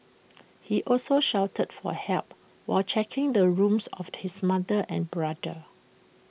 he also shouted for help while checking the rooms of his mother and brother